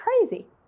crazy